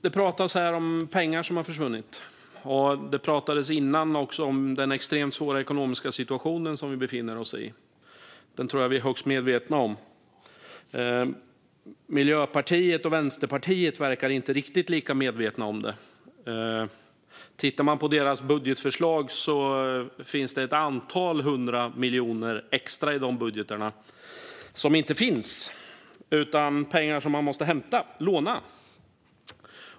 Det pratas här om pengar som har försvunnit, och det pratades tidigare om den extremt svåra ekonomiska situation som vi befinner oss i. Den tror jag att vi är högst medvetna om. Miljöpartiet och Vänsterpartiet verkar inte riktigt lika medvetna om den. Tittar man på deras budgetförslag ser man ett antal hundra miljoner extra som inte finns utan är pengar som man måste hämta, låna.